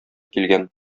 килгән